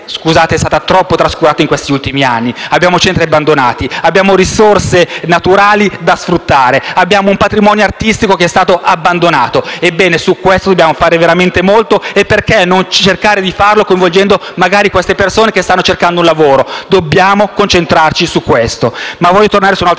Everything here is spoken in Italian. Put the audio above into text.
scusate - è stata troppo trascurata in questi ultimi anni. Ci sono centri abbandonati, risorse naturali da sfruttare, un patrimonio artistico che è stato abbandonato e su questo dobbiamo fare veramente molto e perché non cercare di farlo coinvolgendo, magari, queste persone che stanno cercando lavoro? Dobbiamo concentrarci su questo. Vorrei, però, tornare su un altro